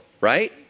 right